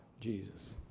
Jesus